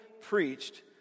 preached